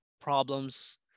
problems